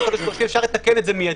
אפשר לתקן את זה מיידית.